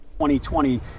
2020